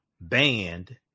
banned